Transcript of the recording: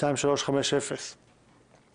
התשפ״א-2020 (פ/2350/23).